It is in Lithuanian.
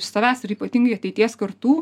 iš savęs ir ypatingai ateities kartų